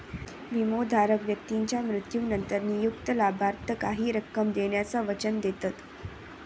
विमोधारक व्यक्तीच्या मृत्यूनंतर नियुक्त लाभार्थाक काही रक्कम देण्याचा वचन देतत